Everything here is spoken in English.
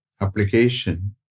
application